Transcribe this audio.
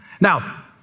Now